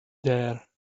there